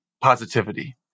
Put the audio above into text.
positivity